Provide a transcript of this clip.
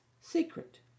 Secret